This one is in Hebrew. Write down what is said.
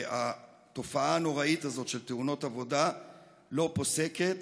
התופעה הנוראית הזאת של תאונות עבודה לא פוסקת,